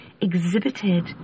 exhibited